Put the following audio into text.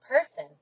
person